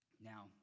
Now